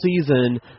season